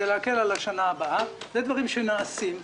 אלה דברים שנעשים,